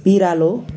बिरालो